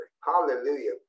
Hallelujah